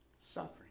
suffering